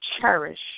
cherish